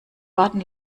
warten